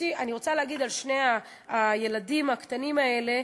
אני רוצה להגיד על שני הילדים הקטנים האלה,